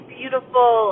beautiful